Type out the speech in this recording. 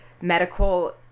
medical